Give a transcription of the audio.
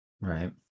right